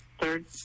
Third